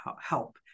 help